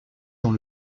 dans